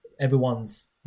everyone's